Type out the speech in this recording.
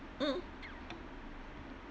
mm